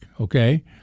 Okay